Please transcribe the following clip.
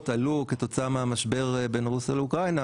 עלו כתוצאה מהמשבר בין רוסיה לאוקראינה,